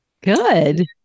Good